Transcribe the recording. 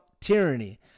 tyranny